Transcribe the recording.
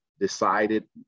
decided